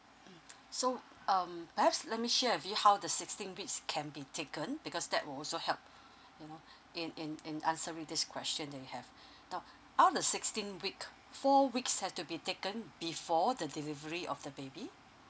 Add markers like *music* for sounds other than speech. so um perhaps let me share with you how the sixteen weeks can be taken because that will also help you know in in in answering this question that you have *breath* now all the sixteen week four weeks have to be taken before the delivery of the baby